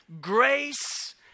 grace